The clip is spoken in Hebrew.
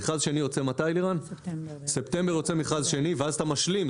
המכרז השני יוצא בספטמבר ואז אתה משלים.